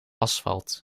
asfalt